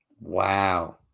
Wow